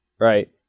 right